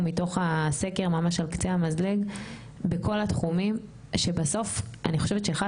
מתוך הסקר ממש על קצה המזלג בכל התחומים שבסוף אני חושבת שאחד